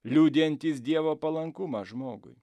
liudijantis dievo palankumą žmogui